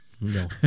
No